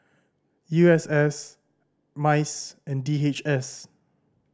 U S S MICE and D H S